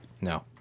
No